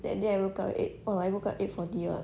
that day I woke up at eight or I woke up at eight forty odd